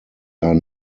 are